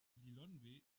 lilongwe